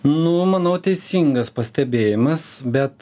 nu manau teisingas pastebėjimas bet